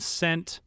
sent